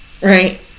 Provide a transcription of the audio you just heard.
right